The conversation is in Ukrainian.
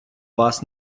вас